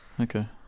Okay